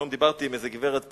היום דיברתי עם איזו גברת פה,